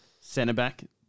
centre-back